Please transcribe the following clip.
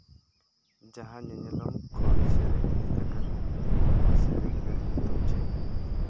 ᱡᱟᱦᱟᱸ ᱧᱮᱧᱮᱞᱚᱢ ᱠᱷᱚᱱ ᱥᱮᱨᱮᱧ ᱦᱮᱡ ᱟᱠᱟᱱᱟ ᱚᱱᱟ ᱥᱮᱨᱮᱧ ᱨᱮᱭᱟᱜ ᱧᱩᱛᱩᱢ ᱪᱮᱫ